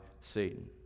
Satan